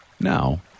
Now